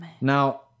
Now